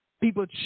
people